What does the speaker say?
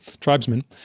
tribesmen